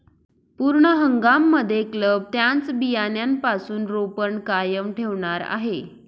पूर्ण हंगाम मध्ये क्लब त्यांचं बियाण्यापासून रोपण कायम ठेवणार आहे